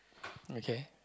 okay